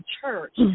church